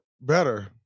better